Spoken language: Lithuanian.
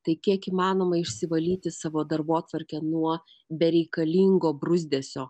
tai kiek įmanoma išsivalyti savo darbotvarkę nuo bereikalingo bruzdesio